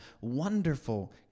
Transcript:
Wonderful